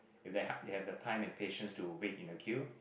if they ha~ they have the time and patience to wait in the queue